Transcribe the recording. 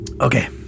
okay